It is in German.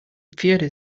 pferde